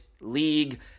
league